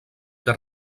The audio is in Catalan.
que